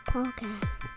Podcast